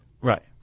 Right